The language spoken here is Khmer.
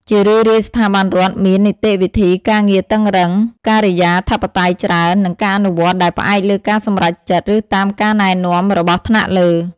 ជារឿយៗ ស្ថាប័នរដ្ឋមាននីតិវិធីការងារតឹងរ៉ឹង ការិយាធិបតេយ្យច្រើន និងការអនុវត្តដែលផ្អែកលើការសម្រេចចិត្ត ឬតាមការណែនាំរបស់ថ្នាក់លើ។